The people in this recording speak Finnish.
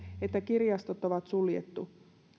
että kirjastot on suljettu